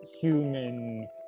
human